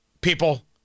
people